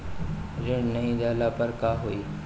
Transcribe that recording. ऋण नही दहला पर का होइ?